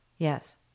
Yes